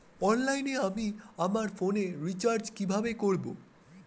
অনলাইনে আমি আমার ফোনে রিচার্জ কিভাবে করব?